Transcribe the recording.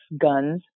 guns